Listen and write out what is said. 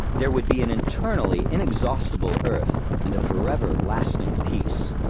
there would be an an eternally inexhaustible earth and a forever lasting peace.